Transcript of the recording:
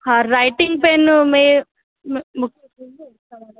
हा writing pen में म मु